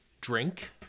drink